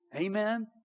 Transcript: Amen